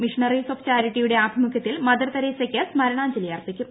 missionaries of ചാരിറ്റിയുടെ ആഭിമുഖ്യത്തിൽ Mother തെരേസക്ക് സ്മരണാഞ്ജലി അർപ്പിക്കും